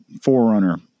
forerunner